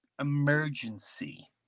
emergency